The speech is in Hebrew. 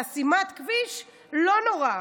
חסימת כביש, לא נורא.